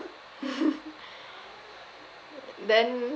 then